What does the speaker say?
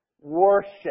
worship